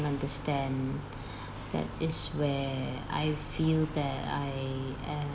understand that is where I feel that I